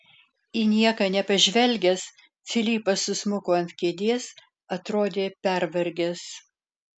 į nieką nepažvelgęs filipas susmuko ant kėdės atrodė pervargęs